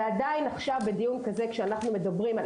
ועדיין עכשיו בדיון כזה כשאנחנו מדברים על